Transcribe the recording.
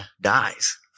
dies